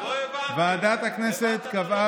אני עובר להודעה הבאה.